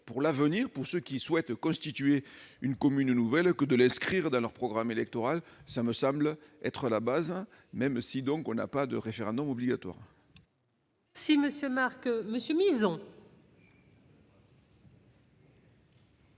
impose, à ceux qui souhaitent constituer une commune nouvelle, de l'inscrire dans leur programme électoral. Cela me semble être la base, même si nous ne rendons pas le référendum obligatoire